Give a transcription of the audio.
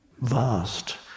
vast